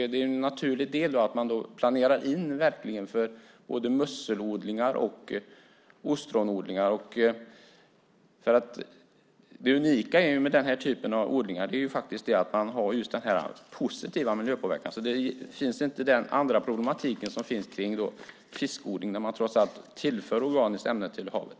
Det är då en naturlig del att man planerar in både för musselodlingar och för ostronodlingar. Det unika med den här typen av odlingar är att man har en positiv miljöpåverkan. Den problematik som man har med fiskodling finns alltså inte. Där tillför man organiskt ämne till havet.